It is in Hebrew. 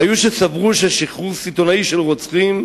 היו שסברו ששחרור סיטונאי של רוצחים,